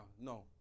no